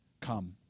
come